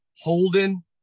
Holden